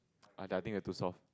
I I think they are too soft